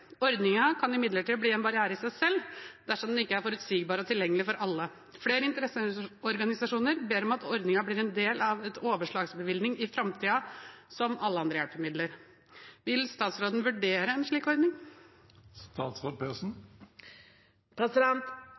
kan imidlertid bli en barriere i seg selv dersom den ikke er forutsigbar og tilgjengelig for alle. Flere interesseorganisasjoner ber om at ordningen blir en del av en overslagsbevilgning i framtiden, som alle andre hjelpemidler. Vil statsråden vurdere en slik ordning?